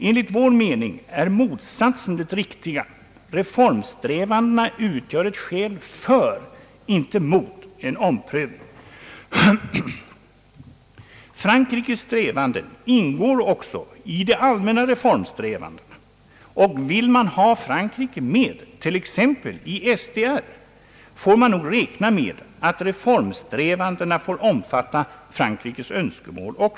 Enligt vår mening är motsatsen det riktiga: Reformsträvandena utgör ett skäl för, inte mot, en omprövning. Frankrikes strävanden ingår också i de allmänna reformsträvandena, och vill man ha Frankrike med t.ex. i SDR, får man nog räkna med att reformsträvandena bör omfatta också Frankrikes önskemål.